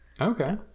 Okay